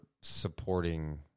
supporting